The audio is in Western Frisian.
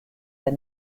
der